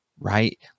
right